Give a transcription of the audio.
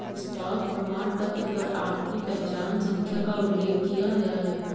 stock प्रमाणपत्र पर आपकी पहचान संख्या का उल्लेख किया गया है